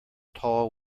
tall